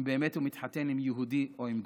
אם באמת הוא מתחתן עם יהודי או עם גוי.